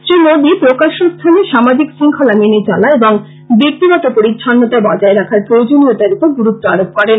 শ্রী মোদী প্রকাশ্য স্থানে সামাজিক শঙ্খলা মেনে চলা এবং ব্যক্তিগত পরিচ্ছন্নতা বজায় রাখার প্রয়োজনীয়তার উপর গুরুত্ব আরোপ করেন